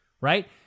right